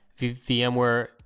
VMware